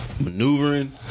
Maneuvering